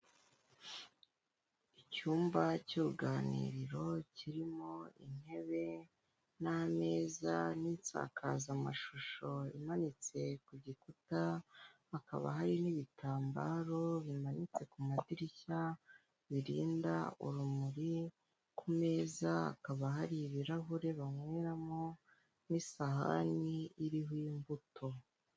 Icyumba cy'uruganiriro kirimo intebe n'ameza n'insakazamashusho imanitse ku gikuta, hakaba hari n'ibitambaro bimanitse ku madirishya birinda urumuri, ku meza hakaba hari ibirahure banyweramo n'isahani iriho imbuto.